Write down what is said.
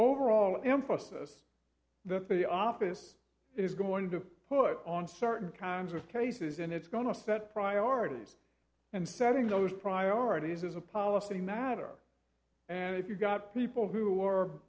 overall emphasis that the office is going to put on certain kinds of cases and it's going to set priorities and setting those priorities as a policy matter and if you've got people who are